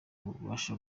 ububasha